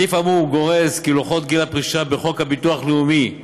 הסעיף האמור גורס כי לוחות גיל הפרישה בחוק הביטוח הלאומי,